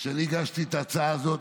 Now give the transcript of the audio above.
כשאני הגשתי את ההצעה הזאת,